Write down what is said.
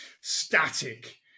static